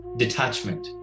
detachment